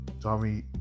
Tommy